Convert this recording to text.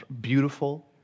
beautiful